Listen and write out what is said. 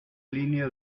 línea